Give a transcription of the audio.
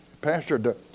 Pastor